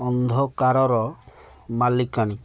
ଅନ୍ଧକାରର ମାଲିକାଣୀ